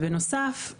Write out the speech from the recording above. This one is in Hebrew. בנוסף,